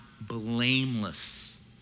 blameless